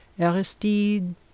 Aristide